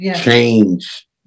change